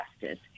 Justice